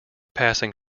passing